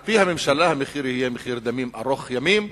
על-פי הממשלה, המחיר יהיה מחיר דמים ארוך ימים.